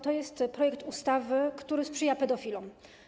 To jest projekt ustawy, który sprzyja pedofilom.